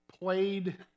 played